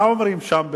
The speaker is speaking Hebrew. מה אומרים שם,